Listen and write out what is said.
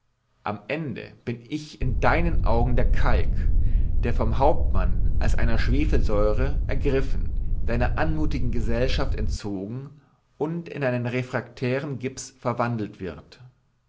am ende bin ich in deinen augen der kalk der vom hauptmann als einer schwefelsäure ergriffen deiner anmutigen gesellschaft entzogen und in einen refraktären gips verwandelt wird